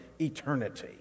eternity